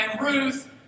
Ruth